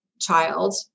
child